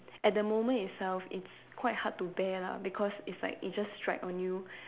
at that moment itself it's quite hard to bear lah because it's like it just strike on you